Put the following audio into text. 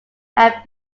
have